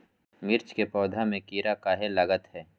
मिर्च के पौधा में किरा कहे लगतहै?